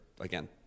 again